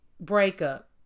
Breakup